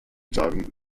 tagen